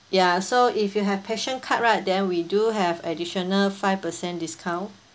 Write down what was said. ya so if you have passion card right then we do have additional five percent discount